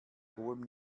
hohem